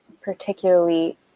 particularly